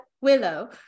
Willow